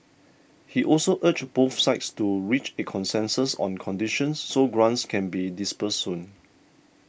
he also urged both sides to reach a consensus on conditions so grants can be disbursed soon